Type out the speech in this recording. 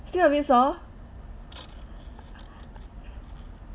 still a bit soft